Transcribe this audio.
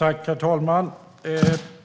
Herr talman!